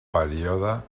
període